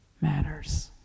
matters